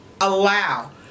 Allow